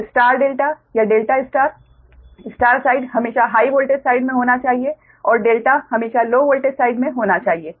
तो star delta या delta star star side हमेशा हाई वोल्टेज साइड में होना चाहिए और डेल्टा हमेशा लो वोल्टेज साइड होना चाहिए